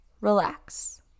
relax